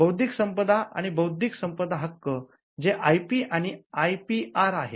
बौद्धिक संपदा आणि बौद्धिक संपदा हक्क जे 'आयपी' आहेत